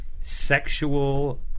sexual